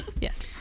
Yes